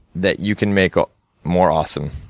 that you can make ah more awesome.